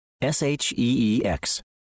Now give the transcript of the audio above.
S-H-E-E-X